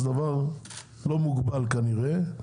זה דבר לא מוגבל כנראה,